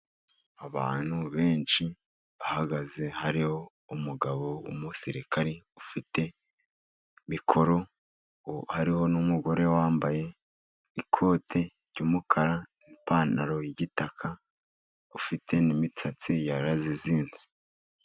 Abantu benshi bahagaze, hariho umugabo w'umusirikari ufite mikoro, hariho n'umugore wambaye ikoti ry'umukara n'ipantaro yigitaka, ufite n'imisatsi yarayizinze.